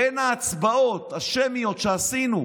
בין ההצבעות השמיות שעשינו.